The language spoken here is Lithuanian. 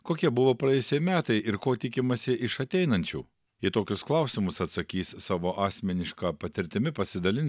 kokie buvo praėjusieji metai ir ko tikimasi iš ateinančių į tokius klausimus atsakys savo asmeniška patirtimi pasidalins